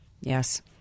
Yes